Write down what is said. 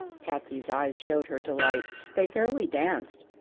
patsy's eyes showed her delight. they fairly danced.